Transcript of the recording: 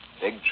Big